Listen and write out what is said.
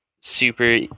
super